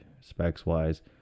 specs-wise